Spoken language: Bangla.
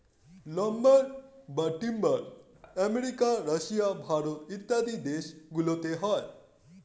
লাম্বার বা টিম্বার আমেরিকা, রাশিয়া, ভারত ইত্যাদি দেশ গুলোতে হয়